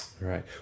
right